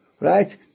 right